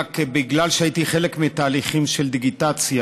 רק בגלל שהייתי שותף בתהליכים של דיגיטציה